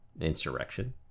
insurrection